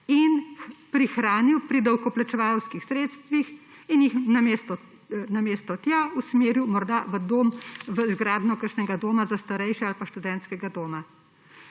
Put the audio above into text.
in prihranil pri davkoplačevalskih sredstvih in jih namesto tja, usmeril morda v gradnjo kakšnega doma za starejše ali pa študentskega doma.